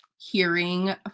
Hearing